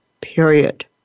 period